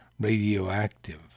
radioactive